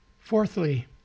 Fourthly